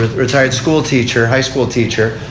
retired school teacher, high school teacher.